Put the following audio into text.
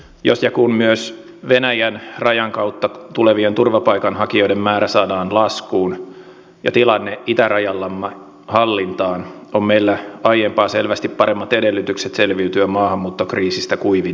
jos ja kun myös venäjän rajan kautta tulevien turvapaikanhakijoiden määrä saadaan laskuun ja tilanne itärajallamme hallintaan on meillä aiempaa selvästi paremmat edellytykset selviytyä maahanmuuttokriisistä kuivin jaloin